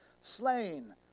slain